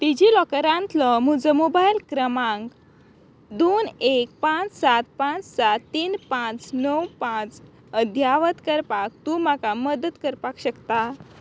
डिजिलॉकरांतलो म्हजो मोबायल क्रमांक दोन एक पांच सात पांच सात तीन पांच णव पांच अध्यावत करपाक तूं म्हाका मदत करपाक शकता